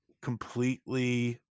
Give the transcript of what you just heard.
completely